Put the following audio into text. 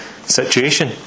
situation